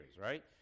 right